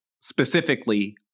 specifically